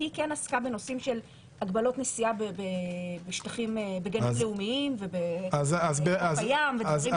כי היא כן עסקה בנושאים של הגבלות נסיעה בגנים לאומיים ובים --- אז